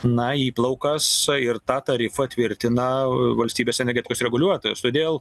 na įplaukas ir tą tarifą tvirtina valstybės energetikos reguliuotojas todėl